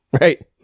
Right